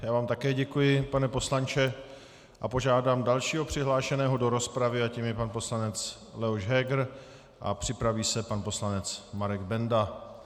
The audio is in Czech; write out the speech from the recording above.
Já vám také děkuji, pane poslanče, a požádám dalšího přihlášeného do rozpravy a tím je pan poslanec Leoš Heger a připraví se pan poslanec Marek Benda.